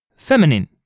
Feminine